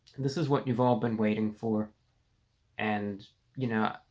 this is what you've all been waiting for and you know,